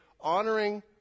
honoring